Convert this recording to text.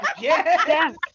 yes